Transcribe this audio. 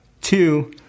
two